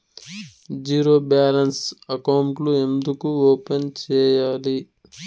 zero balance అకౌంట్లు ఎందుకు open సేయాలి